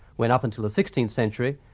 when up until the sixteenth century,